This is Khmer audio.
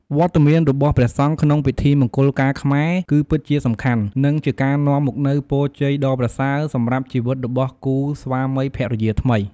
វត្តមានរបស់ព្រះសង្ឃក្នុងពិធីមង្គលការខ្មែរ គឺពិតជាសំខាន់ និងជាការនាំមកនូវពរជ័យដ៏ប្រសើរសម្រាប់ជីវិតរបស់គូស្វាមីភរិយាថ្មី។